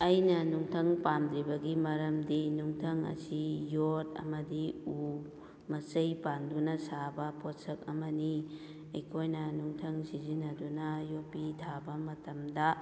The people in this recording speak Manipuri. ꯑꯩꯅ ꯅꯨꯡꯊꯪ ꯄꯥꯝꯗ꯭ꯔꯤꯕꯒꯤ ꯃꯔꯝꯗꯤ ꯅꯨꯡꯊꯪ ꯑꯁꯤ ꯌꯣꯠ ꯑꯃꯗꯤ ꯎ ꯃꯆꯩ ꯄꯥꯟꯗꯨꯅ ꯁꯥꯕ ꯄꯣꯠꯁꯛ ꯑꯃꯅꯤ ꯑꯩꯈꯣꯏꯅ ꯅꯨꯡꯊꯪ ꯁꯤꯖꯤꯟꯅꯗꯨꯅ ꯌꯣꯄꯤ ꯊꯥꯕ ꯃꯇꯝꯗ